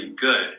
good